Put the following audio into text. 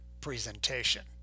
presentation